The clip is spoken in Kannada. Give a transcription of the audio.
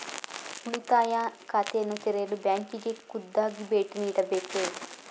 ಉಳಿತಾಯ ಖಾತೆಯನ್ನು ತೆರೆಯಲು ಬ್ಯಾಂಕಿಗೆ ಖುದ್ದಾಗಿ ಭೇಟಿ ನೀಡಬೇಕೇ?